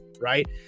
right